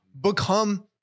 become